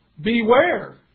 Beware